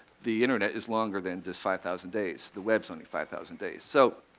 the internet is longer than just five thousand days the web is only five thousand days. so,